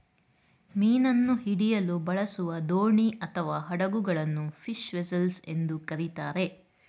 ಮೀನನ್ನು ಹಿಡಿಯಲು ಬಳಸುವ ದೋಣಿ ಅಥವಾ ಹಡಗುಗಳನ್ನು ಫಿಶ್ ವೆಸೆಲ್ಸ್ ಎಂದು ಕರಿತಾರೆ